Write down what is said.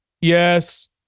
yes